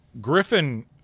Griffin